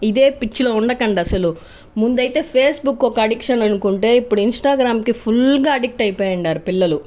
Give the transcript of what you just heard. ఇదే పిచ్చి లో ఉండకండి అసలు ముందు అయితే ఫేస్బుక్ ఒక ఆడిక్షన్ అనుకుంటే ఇప్పుడు ఇంస్టాగ్రామ్ కి ఫుల్గా ఆడిట్ అయిపోయినారు పిల్లలు